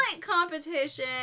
competition